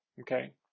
Okay